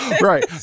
right